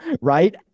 Right